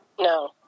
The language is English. No